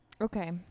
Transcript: Okay